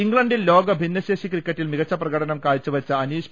ഇംഗ്ലണ്ടിൽ ലോക ഭിന്നശേഷി ക്രിക്കറ്റിൽ മികച്ച പ്രകടനം കാഴ്ചവെച്ച അനീഷ്